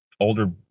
older